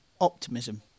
optimism